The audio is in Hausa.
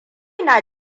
na